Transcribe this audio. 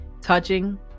touching